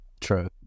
true